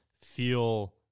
feel